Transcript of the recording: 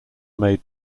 made